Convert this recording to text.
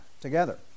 together